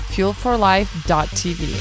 fuelforlife.tv